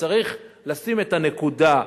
וצריך לשים את הנקודה,